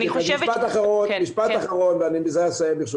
משפט אחרון ואני בזה אסיים, ברשותך.